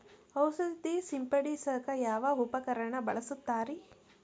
ಔಷಧಿ ಸಿಂಪಡಿಸಕ ಯಾವ ಉಪಕರಣ ಬಳಸುತ್ತಾರಿ?